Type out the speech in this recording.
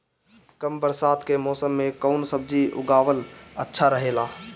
कम बरसात के मौसम में कउन सब्जी उगावल अच्छा रहेला?